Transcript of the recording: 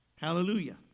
Hallelujah